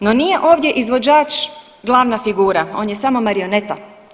No nije ovdje izvođač glavna figura, on je samo marioneta.